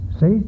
See